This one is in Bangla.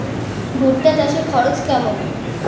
ভুট্টা চাষে খরচ কেমন?